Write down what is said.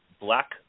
Black